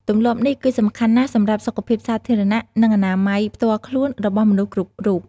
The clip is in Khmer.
ទម្លាប់នេះ គឺសំខាន់ណាស់សម្រាប់សុខភាពសាធារណៈ និងអនាម័យផ្ទាល់ខ្លួនរបស់មនុស្សគ្រប់រូប។